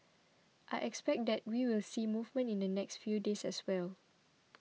I expect that we will see movement in the next few days as well